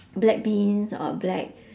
black beans or black